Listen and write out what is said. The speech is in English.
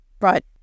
Right